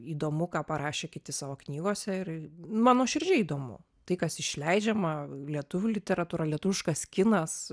įdomu ką parašė kiti savo knygose ir man nuoširdžiai įdomu tai kas išleidžiama lietuvių literatūra lietuviškas kinas